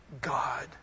God